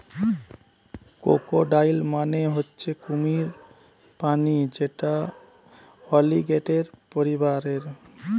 crocodile মানে হচ্ছে কুমির প্রাণী যেটা অলিগেটের পরিবারের